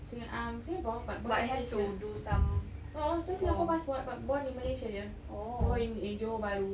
singa~ um singapore but born in malaysia a'ah macam singapore passport but born in malaysia jer or in in johor bahru